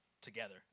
together